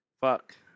Fuck